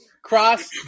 cross